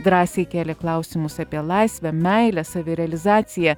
drąsiai kėlė klausimus apie laisvę meilę savirealizaciją